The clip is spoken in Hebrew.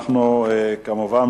כמובן,